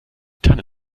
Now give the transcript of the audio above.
tanne